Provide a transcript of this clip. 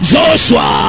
Joshua